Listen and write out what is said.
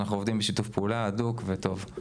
אנחנו עובדים בשיתוף פעולה הדוק וטוב,